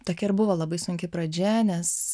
tokia ir buvo labai sunki pradžia nes